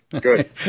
Good